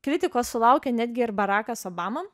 kritikos sulaukė netgi ir barakas obama